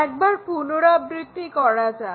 একবার পুনরাবৃত্তি করা যাক